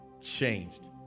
changed